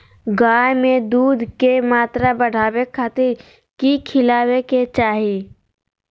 गाय में दूध के मात्रा बढ़ावे खातिर कि खिलावे के चाही?